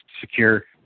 secure